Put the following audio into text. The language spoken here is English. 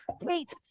Wait